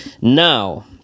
now